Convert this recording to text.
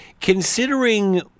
Considering